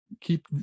keep